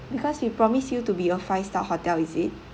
because we promise you to be a five star hotel is it